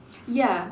ya